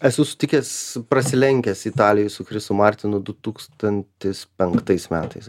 esu sutikęs prasilenkęs italijoj su chrisu martinu du tūkstantis penktais metais